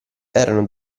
erano